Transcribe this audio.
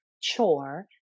chore